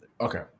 Okay